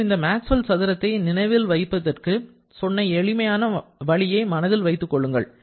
மேலும் இந்த மேக்ஸ்வெல் சதுரத்தை நினைவில் வைப்பதற்கு சொன்ன எளிமையான வழியை மனதில் கொள்ளுங்கள்